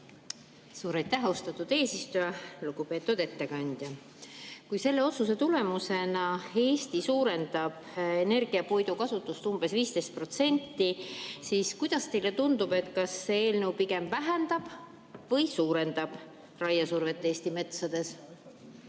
Suur aitäh, austatud eesistuja! Lugupeetud ettekandja! Kui selle otsuse tulemusena Eesti suurendab energiapuidu kasutust umbes 15%, siis kuidas teile tundub, kas see eelnõu pigem vähendab või suurendab raiesurvet Eesti metsades?